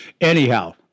Anyhow